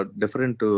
different